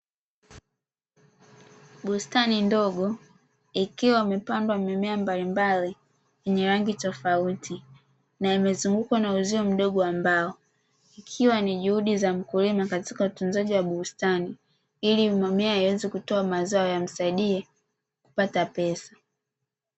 Bustani ndogo ikiwa imepandwa mimea mbalimbali yenye rangi tofauti na imezungukwa na uzio mdogo wa mbao, ikiwa ni juhudi za mkulima katika utunzaji wa bustani ili mimea iweze kutoa mazao yamsaidie kupata pesa.